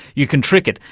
you can trick it.